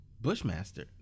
Bushmaster